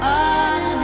on